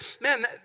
man